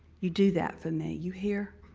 you do that for me, you hear?